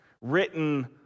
Written